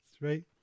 right